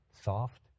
soft